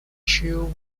jiu